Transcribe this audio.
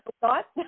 thought